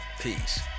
Peace